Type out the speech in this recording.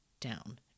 down